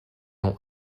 ont